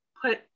put